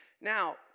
Now